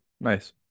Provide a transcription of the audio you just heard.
nice